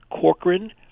Corcoran